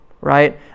right